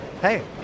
hey